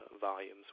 volumes